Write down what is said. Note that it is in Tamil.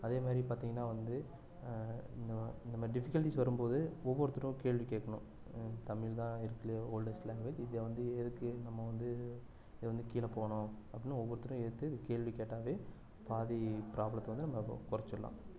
அதே மாதிரி பார்த்தீங்கன்னா வந்து இந்த மா இந்த மாதிரி டிஃபிகல்ட்டிஸ் வரும் போது ஒவ்வொருத்தரும் கேள்வி கேட்கணும் தமிழ் தான் இருக்கறதுல ஓல்டஸ்ட் லாங்குவேஜ் இதை வந்து எதுக்கு நம்ம வந்து இது வந்து கீழ போகணும் அப்படின்னு ஒவ்வொருத்தரும் எதிர்த்து இதை கேள்வி கேட்டாலே பாதி ப்ராப்ளத்தை வந்து நம்ம குறச்சிடலாம்